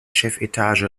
chefetage